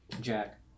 Jack